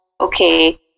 okay